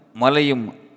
malayum